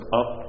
up